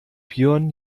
björn